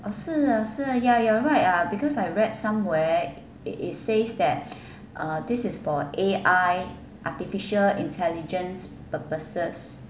oh 是 hor ya you're right ah because I read somewhere it it says that this is for A_I artificial intelligence purposes